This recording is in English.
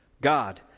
God